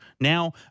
now